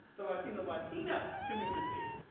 the latino latina community,